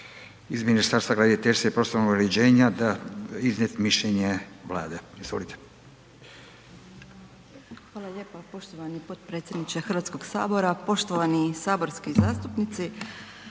iz Ministarstva graditeljstva i prostornog uređenja iznijeti mišljenje Vlade, izvolite. **Magaš, Dunja** Hvala lijepo poštovani potpredsjedniče Hrvatskog sabora, poštovani saborski zastupnici.